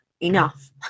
enough